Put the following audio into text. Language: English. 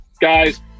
Guys